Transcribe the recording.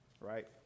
Right